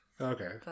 Okay